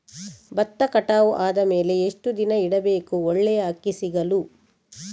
ಭತ್ತ ಕಟಾವು ಆದಮೇಲೆ ಎಷ್ಟು ದಿನ ಇಡಬೇಕು ಒಳ್ಳೆಯ ಅಕ್ಕಿ ಸಿಗಲು?